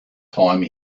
time